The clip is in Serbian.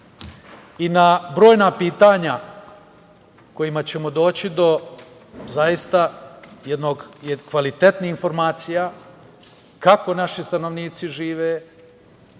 na brojna pitanja, kojima ćemo doći do zaista jedne kvalitetne informacije kako naši stanovnici žive,